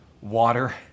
water